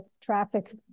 traffic